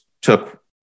took